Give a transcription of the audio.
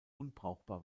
unbrauchbar